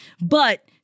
but-